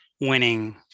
winning